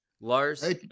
Lars